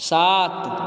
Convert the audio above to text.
सात